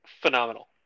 phenomenal